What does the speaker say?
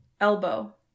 elbow